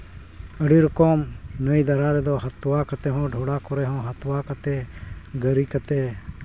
ᱟᱹᱰᱤ ᱨᱚᱠᱚᱢ ᱱᱟᱹᱭ ᱜᱟᱰᱟ ᱨᱮᱫᱚ ᱦᱟᱹᱛᱣᱟ ᱠᱟᱛᱮᱫ ᱦᱚᱸ ᱰᱚᱰᱷᱟ ᱠᱚᱨᱮᱦᱚᱸ ᱦᱟᱛᱣᱟ ᱠᱟᱛᱮᱫ ᱜᱟᱹᱨᱤ ᱠᱟᱛᱮᱫ